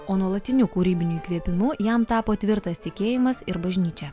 o nuolatiniu kūrybiniu įkvėpimu jam tapo tvirtas tikėjimas ir bažnyčia